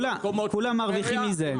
כולם מרוויחים מזה.